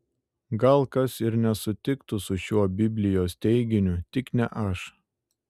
gal kas ir nesutiktų su šiuo biblijos teiginiu tik ne aš